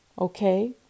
Okay